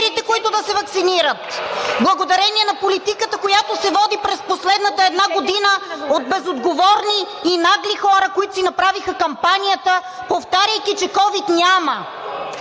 (ръкопляскания от ГЕРБ-СДС) благодарение на политиката, която се води през последната една година от безотговорни и нагли хора, които си направиха кампанията, повтаряйки, че ковид няма.